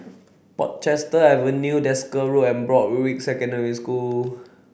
Portchester Avenue Desker Road and Broadrick Secondary School